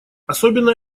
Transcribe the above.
особенно